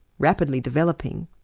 rapidly developing,